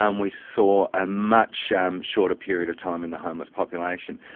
um we saw a much um shorter period of time in the homeless population.